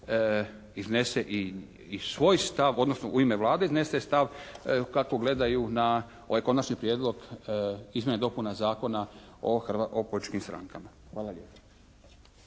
iznese i svoj stav odnosno u ime Vlade iznese stav kako gledaju na ovaj Konačni prijedlog izmjena i dopuna Zakona o političkim strankama. Hvala lijepa.